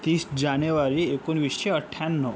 तीस जानेवारी एकोणवीसशे अठ्याण्णव